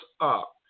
up